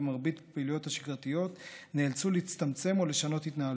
ובמרבית הפעילויות השגרתיות נאלצו להצטמצם או לשנות התנהלות.